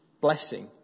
blessing